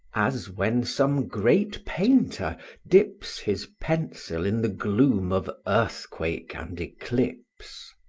as when some great painter dips his pencil in the gloom of earthquake and eclipse.